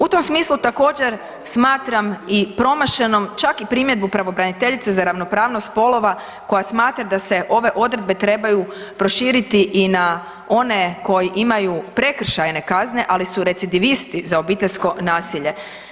U tom smislu također smatram i promašenu čak i primjedbu pravobraniteljice za ravnopravnost spolova koja smatra da se ove odredbe trebaju proširiti i na one koji imaju prekršajne kazne ali su recidivisti za obiteljsko nasilje.